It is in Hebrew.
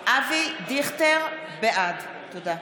דיכטר, בעד